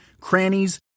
crannies